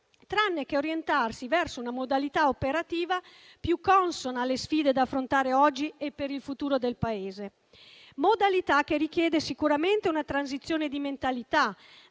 tranne che orientarsi verso una modalità operativa più consona alle sfide da affrontare oggi e per il futuro del Paese; modalità che richiede sicuramente una transizione di mentalità,